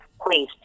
please